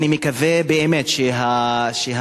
אני מקווה באמת שהמשרד,